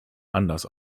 anders